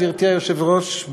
גברתי היושבת-ראש,